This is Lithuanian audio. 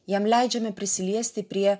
jam leidžiame prisiliesti prie